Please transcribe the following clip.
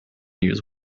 use